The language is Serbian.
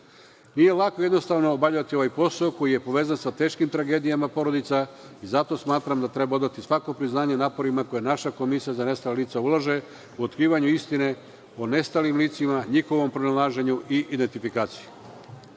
lako jednostavno obavljati ovaj posao koji je povezan sa teškim tragedijama porodica. Zato smatram da treba odati svako priznanje naporima koje naša Komisija za nestala lica ulaže u otkrivanju istine o nestalim licima, njihovom pronalaženju i identifikaciji.